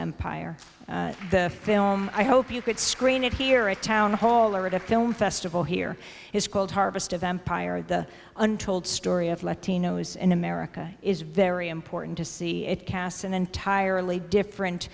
empire the film i hope you could screen it here at town hall or at a film festival here is called harvest of empire the untold story of latinos in america is very important to see it casts an entirely different